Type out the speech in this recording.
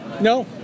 No